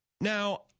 Now